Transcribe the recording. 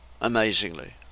amazingly